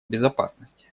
безопасности